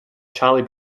charlie